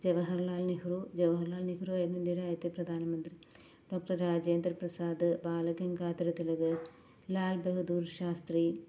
ജവഹർലാൽ നെഹ്റു ജവഹർലാൽ നെഹ്റു ആയിരുന്നു ഇന്ത്യയിലെ ആദ്യത്തെ പ്രധാനമന്ത്രി ഡോക്ടർ രാജേന്ദ്രപ്രസാദ് ബാലഗംഗാധര തിലക് ലാൽ ബഹദൂർ ശാസ്ത്രി